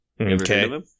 okay